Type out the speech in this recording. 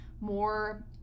more